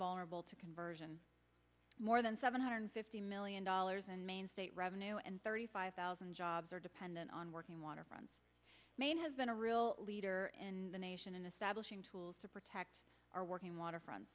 vulnerable to conversion more than seven hundred fifty million dollars in maine state revenue and thirty five thousand jobs are dependent on working waterfronts maine has been a real leader in the nation in the saddle shing tools to protect our working waterfront